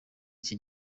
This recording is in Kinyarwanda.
iki